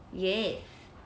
yes